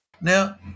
Now